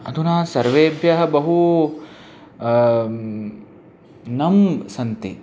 अधुना सर्वेभ्यः बहु नम्ब् सन्ति